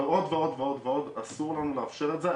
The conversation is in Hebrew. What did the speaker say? ועוד ועוד, אסור לנו לאפשר את זה.